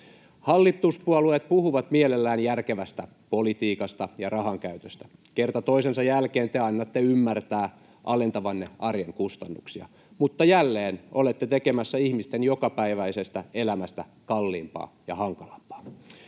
Hallituspuolueet puhuvat mielellään järkevästä politiikasta ja rahankäytöstä. Kerta toisensa jälkeen te annatte ymmärtää alentavanne arjen kustannuksia, mutta jälleen olette tekemässä ihmisten jokapäiväisestä elämästä kalliimpaa ja hankalampaa.